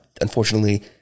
Unfortunately